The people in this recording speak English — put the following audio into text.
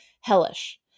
Hellish